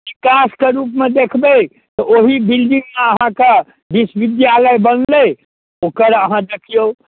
विकासके रूपमे देखबै तऽ ओही बिल्डिङ्गमे आहाँके विश्वविद्यालय बनलै ओकर अहाँ देखिऔ